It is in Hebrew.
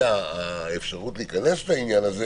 שבאפשרות להיכנס לעניין הזה